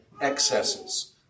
excesses